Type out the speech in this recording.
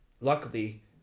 luckily